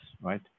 right